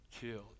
killed